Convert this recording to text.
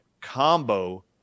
combo